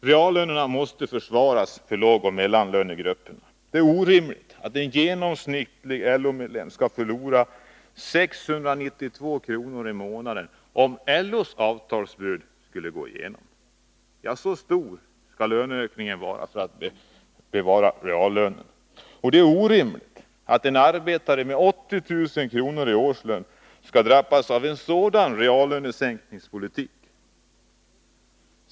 Reallönerna måste försvaras för lågoch mellanlönegrupperna. Det är orimligt att en genomsnittlig LO-medlem skall förlora 692 kr. i månaden, om LO:s avtalsbud skulle gå igenom. Så stor skulle löneökningen behöva vara för att reallönen skulle bevaras. Det är orimligt att en arbetare med 80 000 kr. i årslön skall drabbas av en sådan reallönesänkningspolitik.